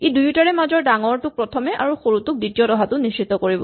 ই দুয়োটাৰে মাজৰ ডাঙৰটো প্ৰথমতে আৰু সৰুটো দ্বিতীয়ত অহাটো নিশ্চিত কৰিব